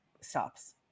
stops